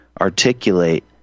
articulate